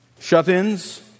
Shut-ins